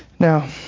Now